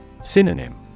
Synonym